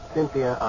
Cynthia